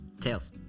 Tails